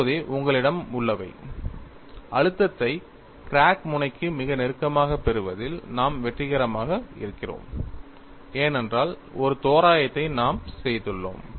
இப்போதே உங்களிடம் உள்ளவை அழுத்தத்தை கிராக் முனைக்கு மிக நெருக்கமாகப் பெறுவதில் நாம் வெற்றிகரமாக இருக்கிறோம் ஏனென்றால் ஒரு தோராயத்தை நாம் செய்துள்ளோம்